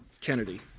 Kennedy